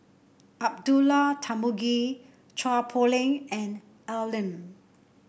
Abdullah Tarmugi Chua Poh Leng and Al Lim